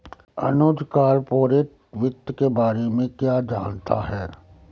अनुज corporate वित्त के बारे में क्या जानता है?